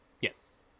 Yes